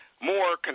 more